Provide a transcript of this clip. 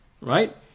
right